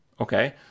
Okay